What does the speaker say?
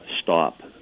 stop